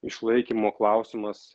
išlaikymo klausimas